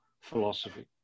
philosophy